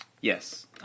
Yes